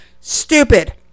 Stupid